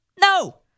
No